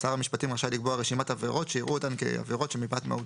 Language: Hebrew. שר המשפטים רשאי לקבוע רשימת עבירות שיראו אותן כעבירות שמפאת מהותן,